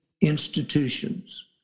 institutions